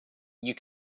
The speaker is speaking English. you